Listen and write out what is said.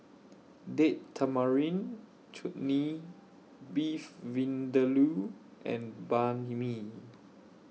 Date Tamarind Chutney Beef Vindaloo and Banh MI